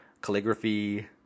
calligraphy